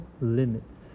limits